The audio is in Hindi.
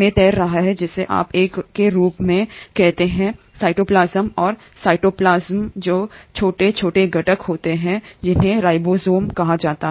में तैर रहा है जिसे आप एक के रूप में कहते हैं साइटोप्लाज्म और साइटोप्लाज्म में छोटे छोटे घटक होते हैं जिन्हें राइबोसोम कहा जाता है